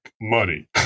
money